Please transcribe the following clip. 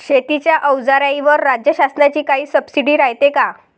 शेतीच्या अवजाराईवर राज्य शासनाची काई सबसीडी रायते का?